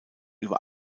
über